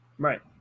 Right